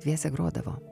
dviese grodavo